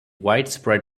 widespread